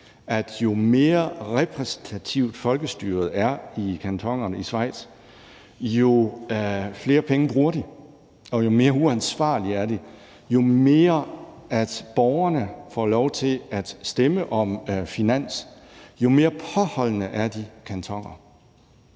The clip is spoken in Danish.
at jo mere repræsentativt folkestyret er i kantonerne i Schweiz, jo flere penge bruger de, og jo mere uansvarlige er de, og at jo mere borgerne får lov til at stemme om finans, jo mere påholdende er de kantoner.